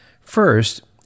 First